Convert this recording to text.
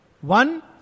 One